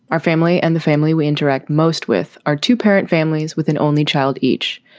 our family and the family we interact most with are two parent families with an only child each.